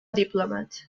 diplomat